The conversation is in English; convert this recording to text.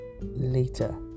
later